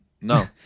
No